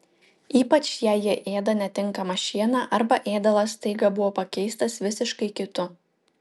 ypač jei jie ėda netinkamą šieną arba ėdalas staiga buvo pakeistas visiškai kitu